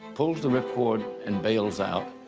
pulls the rip cord and bails out,